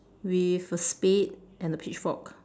with a spade and a pitchfork